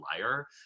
liar